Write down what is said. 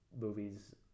movies